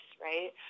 right